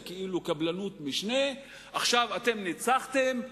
כאילו קבלנות משנה: עכשיו אתם ניצחתם,